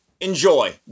Enjoy